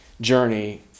journey